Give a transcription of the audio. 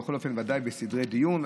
בכל אופן ודאי בסדרי דיון.